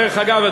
דרך אגב,